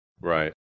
Right